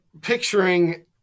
picturing